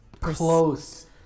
close